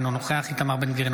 אינו נוכח איתמר בן גביר,